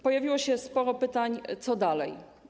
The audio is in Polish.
Pojawiło się sporo pytań o to, co dalej.